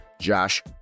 Josh